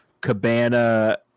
Cabana